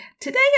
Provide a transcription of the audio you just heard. Today